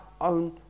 own